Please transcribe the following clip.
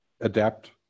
adapt